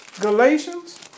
Galatians